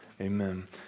Amen